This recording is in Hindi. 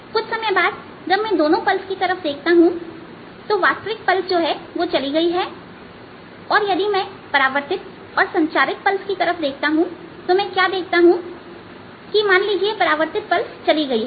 कुछ समय बाद जब मैं दोनों पल्स की तरफ देखता हूं तो वास्तविक पल्स चली गई होगी और यदि मैं परावर्तित और संचारित पल्स की तरफ देखता हूं तो मैं क्या देखता हूं कि मान लीजिए परावर्तित पल्स चली गई है